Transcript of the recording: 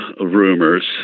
rumors